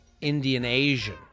Indian-Asian